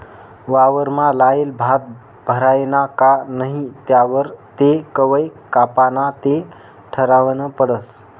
वावरमा लायेल भात भरायना का नही त्यावर तो कवय कापाना ते ठरावनं पडस